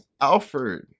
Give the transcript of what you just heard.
Alfred